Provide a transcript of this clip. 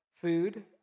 food